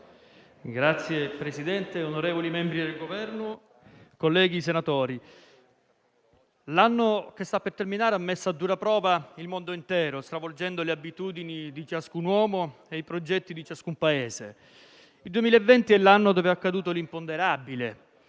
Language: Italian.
Signor Presidente, onorevoli membri del Governo, colleghi senatori, l'anno che sta per terminare ha messo a dura prova il mondo intero, stravolgendo le abitudini di ciascun uomo e i progetti di ogni Paese. Il 2020 è l'anno dove è accaduto l'imponderabile: